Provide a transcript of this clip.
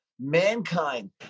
mankind